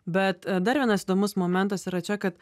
bet dar vienas įdomus momentas yra čia kad